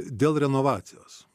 dėl renovacijos